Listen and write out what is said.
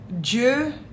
Dieu